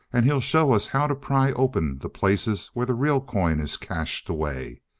and he'll show us how to pry open the places where the real coin is cached away.